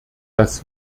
dass